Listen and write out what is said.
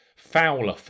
Fowler